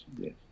yes